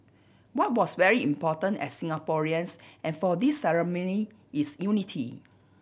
what was very important as Singaporeans and for this ceremony is unity